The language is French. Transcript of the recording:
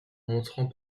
montrant